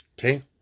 Okay